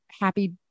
happy